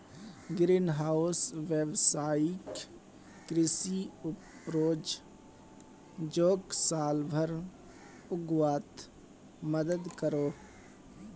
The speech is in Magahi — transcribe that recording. ग्रीन हाउस वैवसायिक कृषि उपजोक साल भर उग्वात मदद करोह